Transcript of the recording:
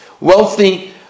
wealthy